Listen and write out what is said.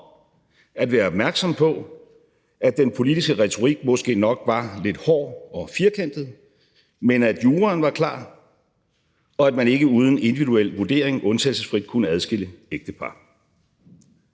at være opmærksom på, at den politiske retorik måske nok var lidt hård og firkantet, men at juraen var klar, og at man ikke uden individuel vurdering undtagelsesfrit kunne adskille ægtepar.